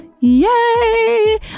yay